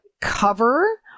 cover